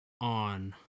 on